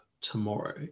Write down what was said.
tomorrow